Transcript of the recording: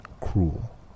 cruel